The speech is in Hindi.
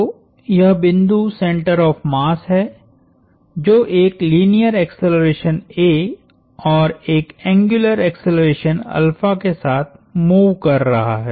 तो यह बिंदु सेंटर ऑफ़ मास है जो एक लीनियर एक्सेलरेशन a और एक एंग्युलर एक्सेलरेशन के साथ मूव कर रहा है